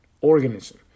organism